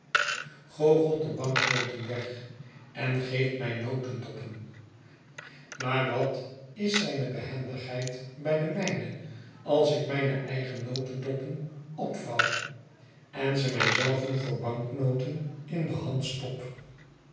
de banknoten weg en geeft mij notedoppen maar wat is zijne behendigheid bij de mijne als ik mijne eigene notedoppen opvouw en ze mij zelven voor banknoten in de hand stop